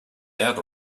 out